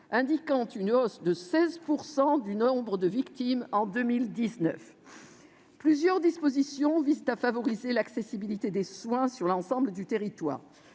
indiquant une hausse de 16 % du nombre de victimes en 2019. Plusieurs dispositions visent à favoriser l'accessibilité des soins sur l'ensemble du territoire.